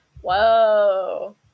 Whoa